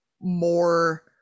more